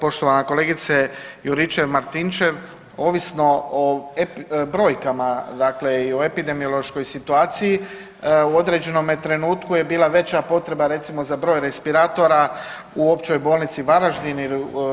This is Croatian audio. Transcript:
Poštovana kolegice Juričev-Martinčev, ovisno o brojkama dakle i o epidemiološkoj situaciji u određenome trenutku je bila veća potreba recimo za broj respiratora u Općoj bolnici Varaždin.